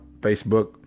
Facebook